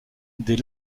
des